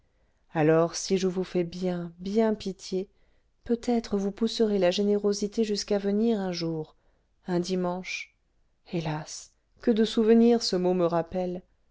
alors si je vous fais bien bien pitié peut-être vous pousserez la générosité jusqu'à venir un jour un dimanche hélas que de